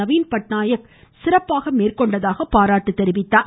நவீன் பட்நாயக் சிறப்பாக மேற்கொண்டதாக பாராட்டு தெரிவித்தார்